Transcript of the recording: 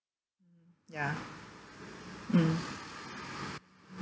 ya mm